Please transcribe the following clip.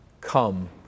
come